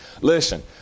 listen